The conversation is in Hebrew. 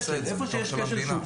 איפה שיש כשל שוק,